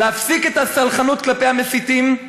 להפסיק את הסלחנות כלפי המסיתים,